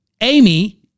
Amy